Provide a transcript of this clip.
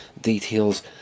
details